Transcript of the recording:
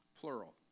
plural